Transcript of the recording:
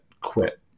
quit